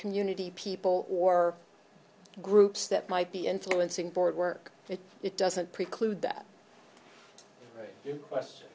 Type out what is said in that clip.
community people or groups that might be influencing board work if it doesn't preclude that you question